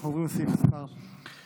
אנחנו עוברים לסעיף מס' 7,